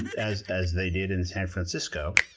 and as as they did in san francisco,